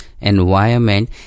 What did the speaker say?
environment